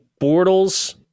Bortles